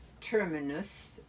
terminus